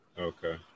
okay